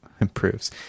improves